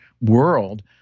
world